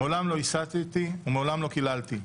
מעולם לא הסתתי ומעולם לא קיללתי.